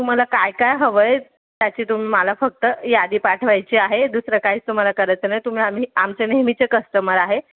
तुम्हाला काय काय हवं आहे त्याची तुम्ही मला फक्त यादी पाठवायची आहे दुसरं काहीच तुम्हाला करायचं नाही तुम्ही आम्ही आमचे नेहमीचे कस्टमर आहे